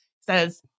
says